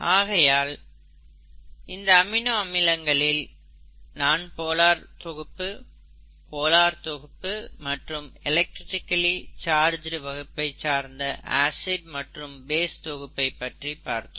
ஆகையால் இந்த அமினோ அமிலங்களில் நான்போலார் தொகுப்பு போலார் தொகுப்பு மற்றும் எலக்ட்ரிக்கலி சார்ஜ்ட் வகுப்பை சார்ந்த ஆசிட் மற்றும் பேஸ் தொகுப்பைப் பற்றி பார்த்தோம்